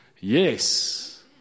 yes